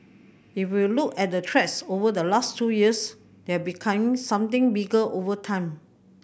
if you look at the threats over the last two years they have become something bigger over time